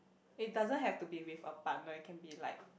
it doesn't have to be with apartment can be like